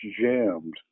jammed